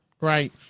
Right